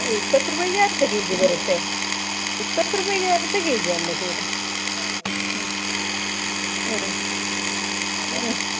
ಇಪ್ಪತ್ತು ರೂಪಾಯ್ಗೆ ಅರ್ಧ ಕೆಜಿ ಬರುತ್ತೆ ಇಪ್ಪತ್ತು ರೂಪಾಯ್ಗೆ ಅರ್ಧ ಕೆಜಿ ಅಲ್ಲ ಸರ ಹಾಂ ಹಾಂ ಹಾಂ